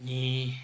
ए